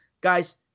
guys